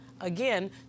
again